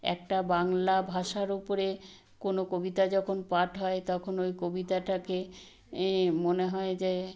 একটা বাংলা ভাষার উপরে কোনও কবিতা যখন পাঠ হয় তখন ওই কবিতাটাকে মনে হয় যে